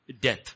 Death